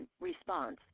Response